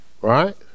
Right